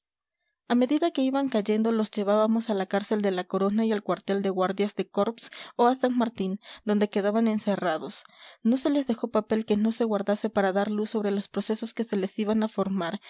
a medida que iban cayendo los llevábamos a la cárcel de la corona y al cuartel de guardias de corps o a san martín donde quedaban encerrados no se les dejó papel que no se guardase para dar luz sobre los procesos que se les iban a formar